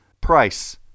Price